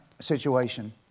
situation